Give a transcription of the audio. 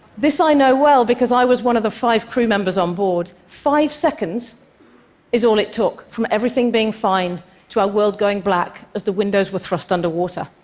this i know well because i was one of the five crew members on board. five seconds is all it took from everything being fine to our world going black as the windows were thrust underwater,